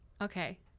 Okay